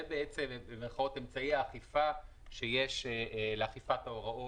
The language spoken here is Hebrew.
זה בעצם במירכאות אמצעי האכיפה שיש לאכיפת ההוראות,